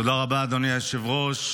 תודה רבה, אדוני היושב-ראש.